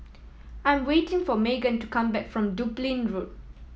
I am waiting for Meghan to come back from Dublin Road